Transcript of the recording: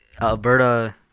Alberta